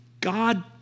God